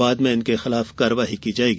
बाद में इनके खिलाफ कार्यवाही की जाएगी